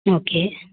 okay